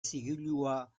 zigilua